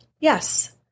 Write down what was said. Yes